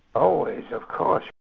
always, of course.